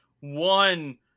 one